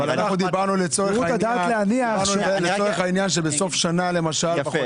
אנחנו אמרנו שלצורך העניין שבסוף שנה למשל,